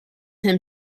him